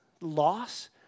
loss